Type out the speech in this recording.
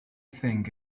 think